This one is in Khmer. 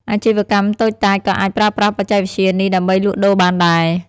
អាជីវកម្មតូចតាចក៏អាចប្រើប្រាស់បច្ចេកវិទ្យានេះដើម្បីលក់ដូរបានដែរ។